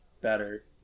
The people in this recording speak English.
better